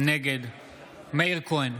נגד מאיר כהן,